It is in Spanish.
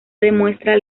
demuestra